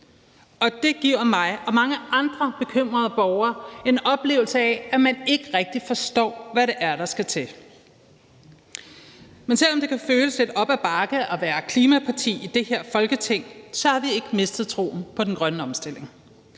er. Det giver mig og mange andre bekymrede borgere en oplevelse af, at man ikke rigtig forstår, hvad det er, der skal til. Men selv om det kan føles lidt op ad bakke at være klimaparti i det her Folketing, har vi ikke mistet troen på den grønne omstilling.